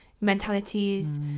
mentalities